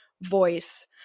voice